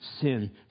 sin